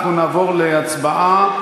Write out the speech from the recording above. נעבור להצבעה.